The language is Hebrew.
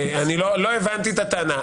לא הבנתי את הטענה.